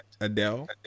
Adele